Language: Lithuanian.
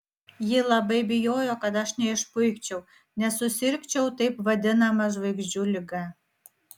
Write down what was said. ji labai bijojo kad aš neišpuikčiau nesusirgčiau taip vadinama žvaigždžių liga